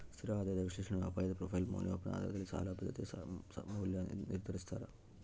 ಸ್ಥಿರ ಆದಾಯ ವಿಶ್ಲೇಷಣೆಯು ಅಪಾಯದ ಪ್ರೊಫೈಲ್ ಮೌಲ್ಯಮಾಪನ ಆಧಾರದಲ್ಲಿ ಸಾಲ ಭದ್ರತೆಯ ಮೌಲ್ಯ ನಿರ್ಧರಿಸ್ತಾರ